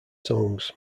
songs